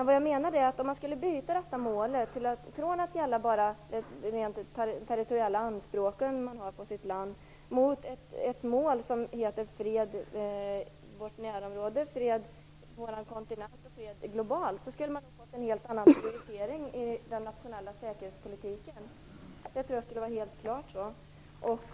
Vad jag menar är att om man skulle byta detta mål från att gälla bara de rent territorella anspråken man har på sitt land till mål som heter fred i vårt närområde, fred på vår kontinent och fred globalt skulle man nog fått en helt annan prioritering i den nationella säkerhetspolitiken. Jag tror att det helt klart skulle vara så.